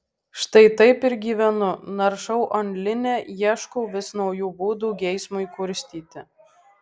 štai taip ir gyvenu naršau online ieškau vis naujų būdų geismui kurstyti